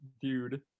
dude